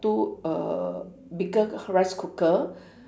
two err bigger rice cooker